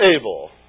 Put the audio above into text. able